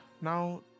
Now